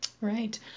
Right